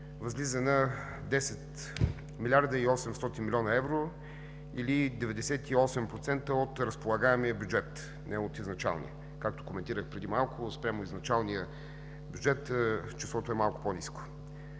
възлиза на 10 млрд. 800 млн. евро, или 98% от разполагаемия бюджет, не от изначалния. Както коментирах преди малко, спрямо изначалния бюджет числото е малко по-ниско.